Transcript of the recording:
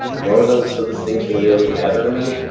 nor does the distinction really matter to me.